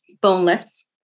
boneless